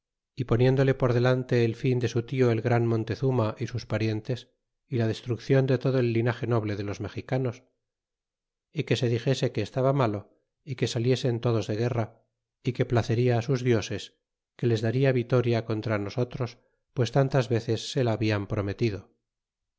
y poniéndole por delante el fin de su tio el gran montezuma y sus parientes y la destruicion de todo el linage noble de los mexicanos é pie dixese que estaba malo e que saliesen todos de guerra a que placeria sus dioses que les daria vitoria contra nosotros pues tantas veces se la hablan prometido